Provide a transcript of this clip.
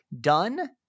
done